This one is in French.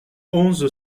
onze